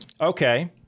Okay